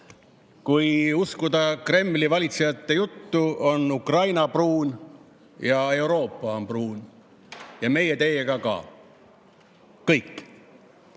Kui uskuda Kremli valitsejate juttu, on Ukraina pruun ja Euroopa on pruun ja meie teiega ka, kõik.